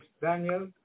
Daniel